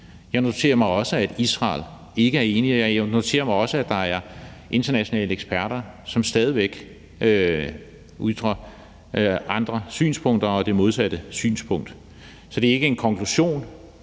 Jeg noterer mig også, at Israel ikke er enig, og jeg noterer mig også, at der er internationale eksperter, som stadig væk ytrer andre synspunkter og det modsatte synspunkt. Så det er ikke en konklusion,